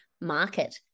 market